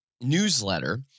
newsletter